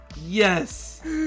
Yes